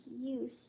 use